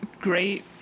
great